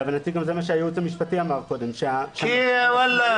להבנתי זה גם מה שהייעוץ המשפטי אמר קודם --- כי וואלה,